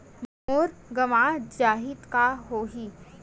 मोर गंवा जाहि का होही?